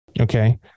Okay